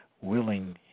Willing